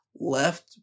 left